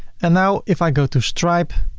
and now if i go to stripe,